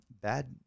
bad